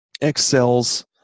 excels